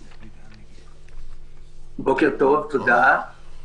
בוקר טוב, תודה.